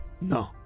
No